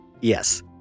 Yes